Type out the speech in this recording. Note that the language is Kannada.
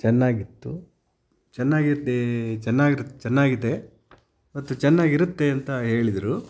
ಚೆನ್ನಾಗಿತ್ತು ಚೆನ್ನಾಗಿದೆ ಚೆನ್ನಾಗಿರತ್ತೆ ಚೆನ್ನಾಗಿದೆ ಮತ್ತು ಚೆನ್ನಾಗಿರುತ್ತೆ ಅಂತ ಹೇಳಿದ್ರು